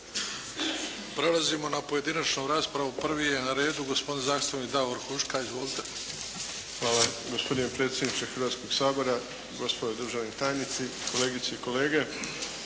Prelazimo na pojedinačnu raspravu. Prvi je na redu gospodin zastupnik Davor Huška. Izvolite. **Huška, Davor (HDZ)** Hvala gospodine predsjedniče Hrvatskog sabora, gospodo državni tajnici, kolegice i kolege.